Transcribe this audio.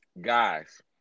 guys